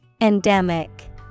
Endemic